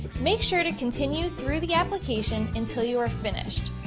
make sure to continue through the application until you are finished.